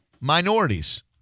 minorities